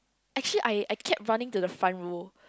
actually I I kept running to the front row